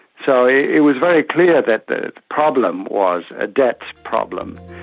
so it it was very clear that the problem was a debt problem.